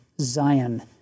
Zion